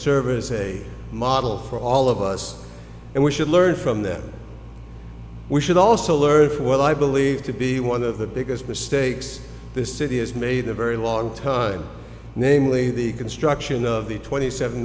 serve as a model for all of us and we should learn from that we should also learn well i believe to be one of the biggest mistakes this city has made a very long time namely the construction of the twenty seven